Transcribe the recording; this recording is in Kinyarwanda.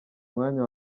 mwanya